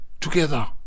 together